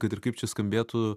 kad ir kaip čia skambėtų